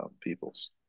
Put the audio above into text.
peoples